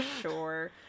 sure